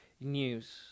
news